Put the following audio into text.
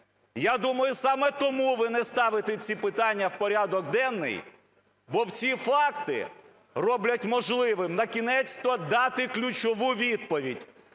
Я думаю, саме тому ви не ставите ці питання в порядок денний, бо ці факти роблять можливим накінець-то дати ключову відповідь: